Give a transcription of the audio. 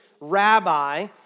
rabbi